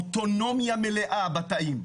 אוטונומיה מלאה בתאים.